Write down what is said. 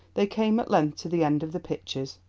they came at length to the end of the pictures.